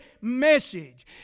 message